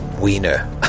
wiener